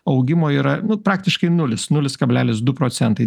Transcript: augimo yra praktiškai nulis nulis kablelis du procentai